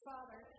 Father